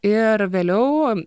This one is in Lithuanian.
ir vėliau